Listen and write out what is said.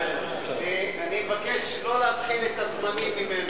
אני מבקש לא להתחיל את הזמנים ממנו.